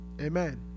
amen